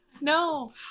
No